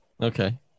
Okay